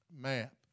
map